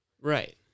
Right